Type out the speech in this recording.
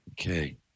Okay